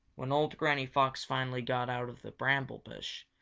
when old granny fox finally got out of the bramble bush,